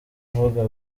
avuga